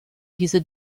diese